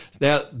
Now